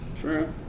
Sure